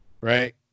right